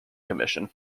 commission